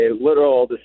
literal